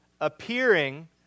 appearing